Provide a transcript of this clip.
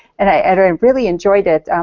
and i and and really enjoyed it.